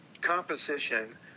composition